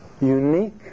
unique